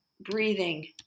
breathing